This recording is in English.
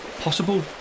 possible